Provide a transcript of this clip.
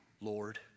Lord